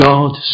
God